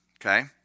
okay